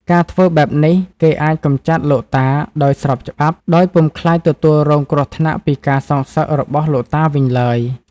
ការធ្វើបែបនេះគេអាចកម្ចាត់លោកតា ដោយស្របច្បាប់ ដោយពុំខ្លាចទទួលរងគ្រោះថ្នាក់ពីការសងសឹករបស់លោកតាវិញឡើយ។